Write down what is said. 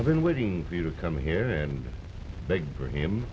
i've been waiting for you to come here and make for